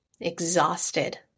exhausted